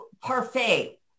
Parfait